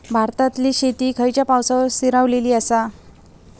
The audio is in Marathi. भारतातले शेती खयच्या पावसावर स्थिरावलेली आसा?